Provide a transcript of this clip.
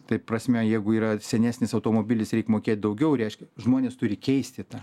tai prasme jeigu yra senesnis automobilis reik mokėt daugiau reiškia žmonės turi keisti tą